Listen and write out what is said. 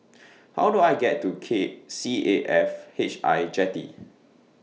How Do I get to K C A F H I Jetty